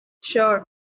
Sure